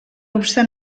obstant